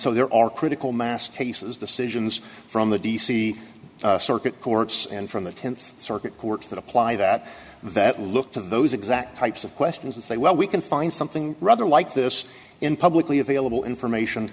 so there are critical mass cases decisions from the d c circuit courts and from the tenth circuit court that apply that that look to those exact types of questions and say well we can find something rather like this in publicly available information